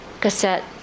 cassette